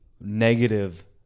negative